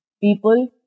people